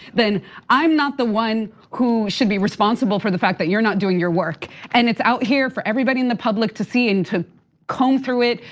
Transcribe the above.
then i'm not the one who should be responsible for the fact that you're not doing your work. and it's out here for everybody in the public to see into comb through it.